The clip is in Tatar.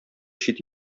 чит